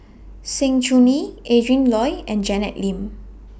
Sng Choon Yee Adrin Loi and Janet Lim